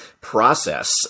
process